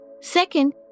Second